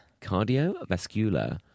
cardiovascular